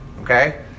Okay